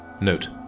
Note